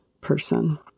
person